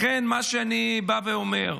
לכן מה שאני בא ואומר,